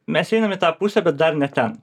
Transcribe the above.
mes einam į tą pusę bet dar ne ten